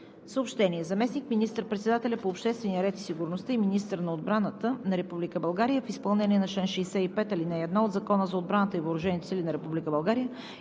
Съобщения: Заместник министър-председателят по обществения ред и сигурността и министър на отбраната на Република България в изпълнение на чл. 65, ал. 1 от Закона за отбраната и въоръжените сили на Република България